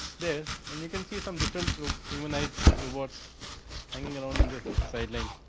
they and you can see some different proof humanity robots hanging around in the side line.